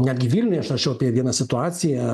netgi vilniuj aš rašiau apie vieną situaciją